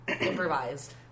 improvised